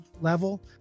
level